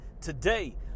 today